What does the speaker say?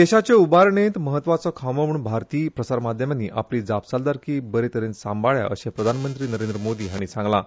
देशाचे उभारणेक म्हत्वाचो खांबो म्हुण भारतीय प्रसारमाध्यमांनी आपली जापसालदारली बरे तरेन सांबाळ्ळ्या अशें प्रधानमंत्री नरेंद्र मोदी हांणी सांगलां